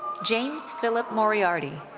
james philip moriarty.